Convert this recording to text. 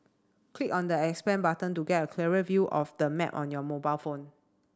click on the expand button to get a clearer view of the map on your mobile phone